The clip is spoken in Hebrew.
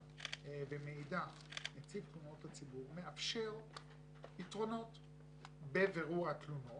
ומאידך נציב תלונות הציבור מאפשר פתרונות בבירור התלונות,